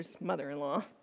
mother-in-law